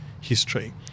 history